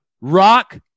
Rock